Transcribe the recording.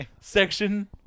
section